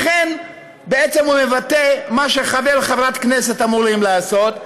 אכן בעצם הוא מבטא מה שחבר או חברת כנסת אמורים לעשות,